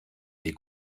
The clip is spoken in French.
des